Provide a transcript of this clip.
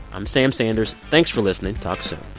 i'm sam sanders. thanks for listening. talk so